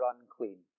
unclean